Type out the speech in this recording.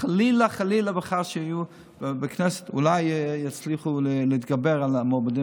החקירה הראשונה שלו הייתה 17 שעות ברצף, באותה